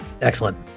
Excellent